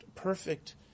perfect